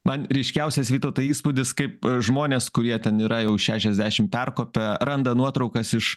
man ryškiausias vytautai įspūdis kaip žmonės kurie ten yra jau šešiasdešim perkopę randa nuotraukas iš